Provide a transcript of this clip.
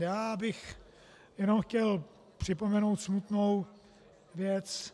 Já bych jenom chtěl připomenout smutnou věc.